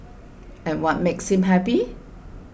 and what makes him happy